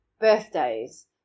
birthdays